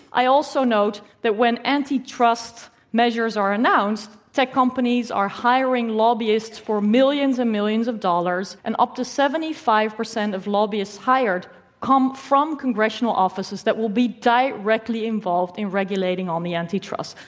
i also note that when anti-trust measures are announced, tech companies are hiring lobbyists for millions and millions of dollars, and up to seventy five percent of lobbyists hired come from congressional offices that will be directly involved in regulating on the anti-trust.